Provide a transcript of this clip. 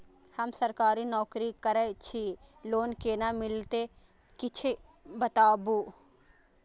हम सरकारी नौकरी करै छी लोन केना मिलते कीछ बताबु?